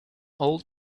old